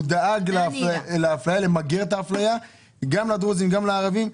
הוא דאג למיגור האפליה גם לדרוזים וגם לערבים.